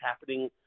happening